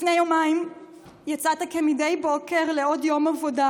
לפני יומיים יצאת כמדי בוקר לעוד יום עבודה,